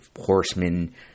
horsemen